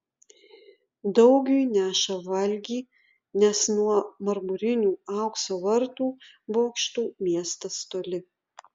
daugiui neša valgį nes nuo marmurinių aukso vartų bokštų miestas toli